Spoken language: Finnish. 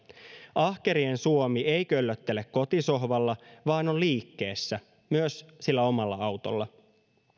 ahkerien suomi ei köllöttele kotisohvalla vaan on liikkeessä myös sillä omalla autolla